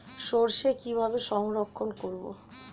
সরষে কিভাবে সংরক্ষণ করব?